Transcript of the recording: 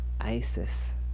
Isis